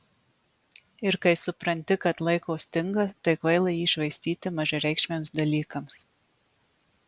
ir kai supranti kad laiko stinga tai kvaila jį švaistyti mažareikšmiams dalykams